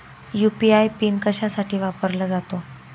UPI pin कशासाठी वापरला जातो?